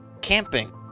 camping